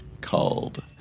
called